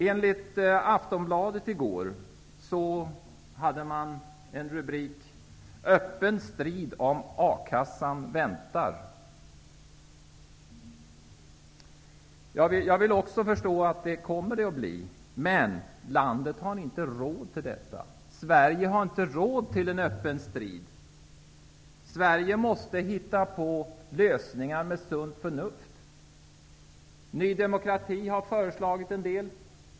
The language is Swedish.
I gårdagens Aftonbladet stod rubriken: Öppen strid om a-kassan väntar. Jag förstår att det kommer att bli strid. Men landet har inte råd till detta. Sverige har inte råd med en öppen strid. Vi i Sverige måste hitta på lösningar med sunt förnuft. Ny demokrati har föreslagit en del.